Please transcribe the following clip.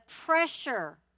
pressure